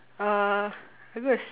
uh